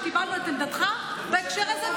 וקיבלנו את עמדתך בהקשר הזה,